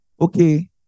okay